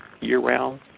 year-round